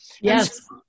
Yes